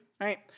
right